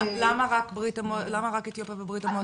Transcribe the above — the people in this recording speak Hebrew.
למה רק אתיופיה וברית המועצות?